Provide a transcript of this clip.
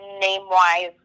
name-wise